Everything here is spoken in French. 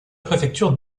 préfecture